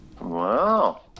Wow